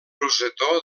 rosetó